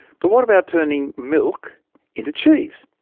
but what about turning milk into cheese?